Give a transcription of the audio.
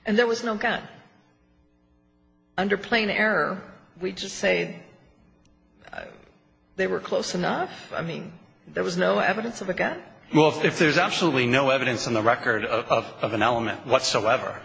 and there was no gun under plain error we just say they were close enough i mean there was no evidence of a gun wolf if there's absolutely no evidence in the record of of an element whatsoever